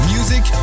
Music